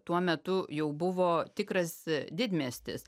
tuo metu jau buvo tikras didmiestis